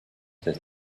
they